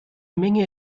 menge